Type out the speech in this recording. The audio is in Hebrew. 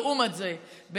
לעומת זה,